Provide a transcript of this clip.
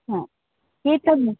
हा एतम्